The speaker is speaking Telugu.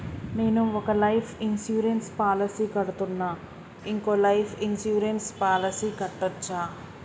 నేను ఒక లైఫ్ ఇన్సూరెన్స్ పాలసీ కడ్తున్నా, ఇంకో లైఫ్ ఇన్సూరెన్స్ పాలసీ కట్టొచ్చా?